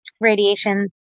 radiation